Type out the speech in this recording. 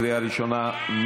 בקריאה ראשונה.